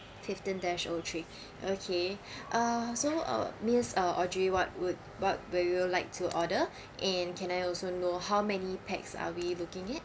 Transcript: fifteen dash o three okay uh so uh miss uh audrey what would what would you like to order and can I also know how many pax are we looking it